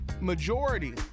majority